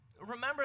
Remember